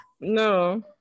no